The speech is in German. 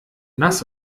nass